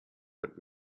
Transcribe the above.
but